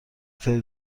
فطر